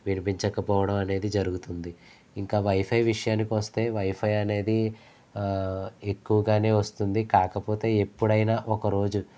వినిపించకపోవడం అనేది జరుగుతుంది ఇంకా వైఫై విషయానికి వస్తే వైఫై అనేది ఎక్కువగానే వస్తుంది కాకపోతే ఎప్పుడైనా ఒక రోజు